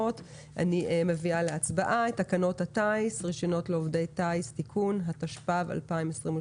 הצבעה אושר התקנות אושרו פה אחד.